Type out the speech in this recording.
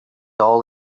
all